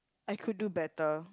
I could do better